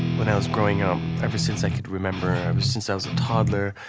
when i was growing up, ever since i could remember, ever since i was a toddler,